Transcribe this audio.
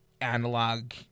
analog